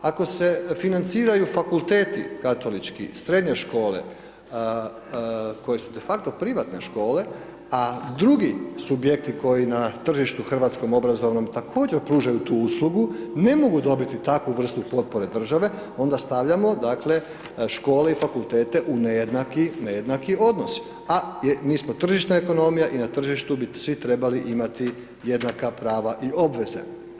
Ako se financiraju fakulteti katolički, srednje škole koje su defakto privatne škole, a drugi subjekti koji na tržištu hrvatskom obrazovnom također pružaju tu uslugu, ne mogu dobiti takvu vrstu potpore države, onda stavljamo, dakle, škole i fakultete u nejednaki odnos, a mi smo tržišna ekonomija i na tržištu bi svi trebali imati jednaka prava i obveze.